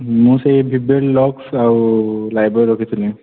ମୁଁ ସେଇ Vivel Lux ଆଉ ଲାଇଫ୍ବଏ ରଖିଥିଲି